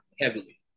heavily